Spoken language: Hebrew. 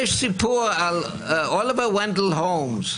יש סיפור על אוליבר ונדל הולמס,